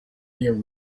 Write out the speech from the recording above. your